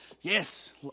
Yes